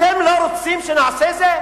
אתם לא רוצים שנעשה את זה?